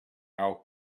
our